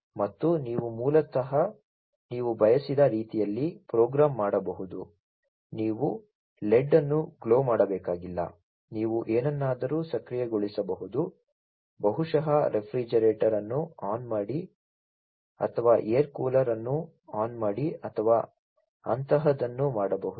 ಮತ್ತು ನೀವು ಮೂಲತಃ ನೀವು ಬಯಸಿದ ರೀತಿಯಲ್ಲಿ ಪ್ರೋಗ್ರಾಮ್ ಮಾಡಬಹುದು ನೀವು ಲೆಡ್ ಅನ್ನು ಗ್ಲೋ ಮಾಡಬೇಕಾಗಿಲ್ಲ ನೀವು ಏನನ್ನಾದರೂ ಸಕ್ರಿಯಗೊಳಿಸಬಹುದು ಬಹುಶಃ ರೆಫ್ರಿಜರೇಟರ್ ಅನ್ನು ಆನ್ ಮಾಡಿ ಅಥವಾ ಏರ್ ಕೂಲರ್ ಅನ್ನು ಆನ್ ಮಾಡಿ ಅಥವಾ ಅಂತಹದನ್ನು ಮಾಡಬಹುದು